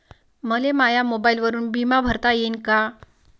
मले माया मोबाईलवरून बिमा भरता येईन का?